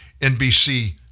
NBC